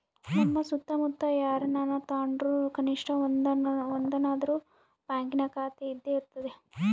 ನಮ್ಮ ಸುತ್ತಮುತ್ತ ಯಾರನನ ತಾಂಡ್ರು ಕನಿಷ್ಟ ಒಂದನಾದ್ರು ಬ್ಯಾಂಕಿನ ಖಾತೆಯಿದ್ದೇ ಇರರ್ತತೆ